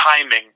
timing